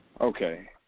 Okay